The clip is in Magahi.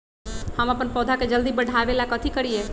हम अपन पौधा के जल्दी बाढ़आवेला कथि करिए?